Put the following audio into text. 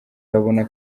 urabona